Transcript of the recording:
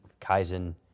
Kaizen